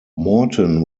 morton